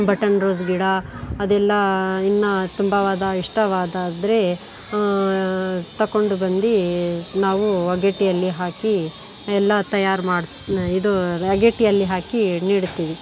button rose ಗಿಡ ಅದೆಲ್ಲ ಇನ್ನೂ ತುಂಬವಾದ ಇಷ್ಟವಾದ ಅಂದರೆ ತಗೊಂಡು ಬಂದು ನಾವು ಅಗೇಡಿಯಲ್ಲಿ ಹಾಕಿ ಎಲ್ಲ ತಯಾರು ಮಾಡಿ ಇದು ಅಗೇಡಿಯಲ್ಲಿ ಹಾಕಿ ನೆಡುತ್ತೀವಿ